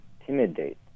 intimidate